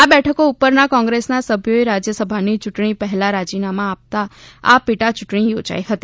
આ બેઠકો ઉપરના કોંગ્રેસના સભ્યોએ રાજ્ય સભાની યૂંટણી પહેલા રાજીનામાં આપતા આ પેટા યૂંટણી યોજાઇ હતી